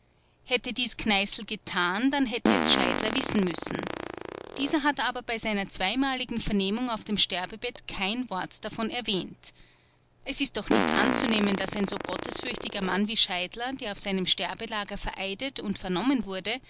hätte dies kneißl getan dann hätte es scheidler wissen müssen dieser hat aber bei seiner zweimaligen vernehmung auf dem sterbebett kein wort davon erwähnt es ist doch nicht anzunehmen daß ein so gottesfürchtiger mann wie scheidler der auf seinem sterbelager vereidet und vernommen wurde